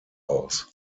aus